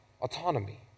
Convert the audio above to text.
autonomy